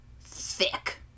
thick